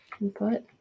input